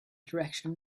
direction